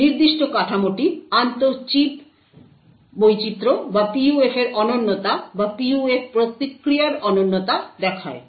এই নির্দিষ্ট কাঠামোটি আন্তঃ চিপ বৈচিত্র বা PUF এর অনন্যতা বা PUF প্রতিক্রিয়ার অনন্যতা দেখায়